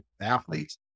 athletes